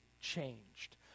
changed